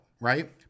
right